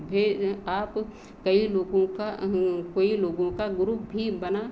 भेज आप कई लोगों का कई लोगों का ग्रुप भी बना